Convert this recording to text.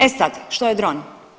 E sad što je dron?